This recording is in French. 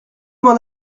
mieux